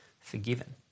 forgiven